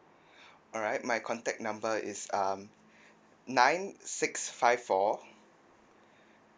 alright my contact number is um nine six five four